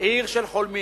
היא עיר של חולמים.